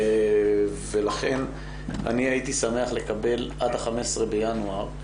ולכן הייתי שמח לקבל עד ה-15 לינואר,